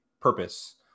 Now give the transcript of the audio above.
purpose